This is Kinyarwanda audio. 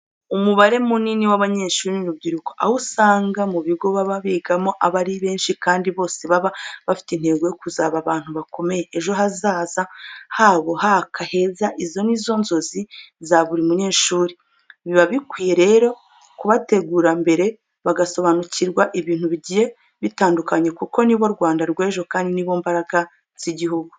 Umubare munini w'abanyeshuri ni urubyiruko, aho usanga mu bigo baba bigamo aba ari benshi kandi bose baba bafite intego yo kuzaba abantu bakomeye ejo hazaza habo haka heza izo ni zo nzozi za buri munyeshuri. Biba bikwiye rero kubategura mbere bagasobanukirwa ibintu bigiye bitandukanye kuko nibo Rwanda rw'ejo kandi ni bo mbaraga z'igihugu.